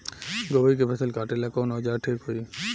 गोभी के फसल काटेला कवन औजार ठीक होई?